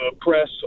press